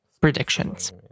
predictions